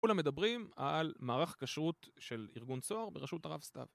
כולם מדברים על מערך כשרות של ארגון צוהר בראשות הרב סתיו.